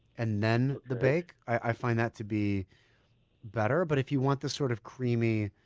and then the bake i find that to be better. but if you want the sort of creamy,